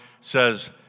says